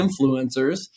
influencers